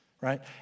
Right